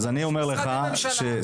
יש משרד בממשלה שהזמינו עבודה.